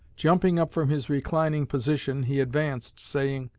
jumping up from his reclining position, he advanced, saying